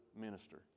minister